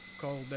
called